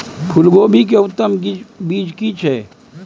फूलकोबी के उत्तम बीज की छै?